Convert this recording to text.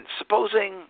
supposing